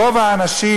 רוב האנשים